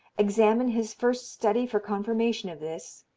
examine his first study for confirmation of this.